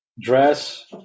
dress